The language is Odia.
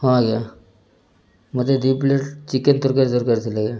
ହଁ ଆଜ୍ଞା ମୋତେ ଦୁଇ ପ୍ଲେଟ୍ ଚିକେନ୍ ତରକାରୀ ଦରକାର ଥିଲା ଆଜ୍ଞା